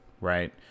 right